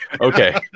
okay